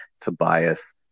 Tobias